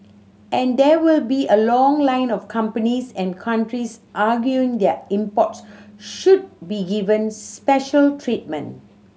and there will be a long line of companies and countries arguing their imports should be given special treatment